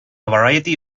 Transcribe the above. variety